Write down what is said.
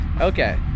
Okay